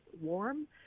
warm